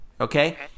Okay